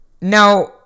Now